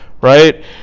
Right